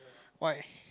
why